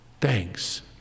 Thanks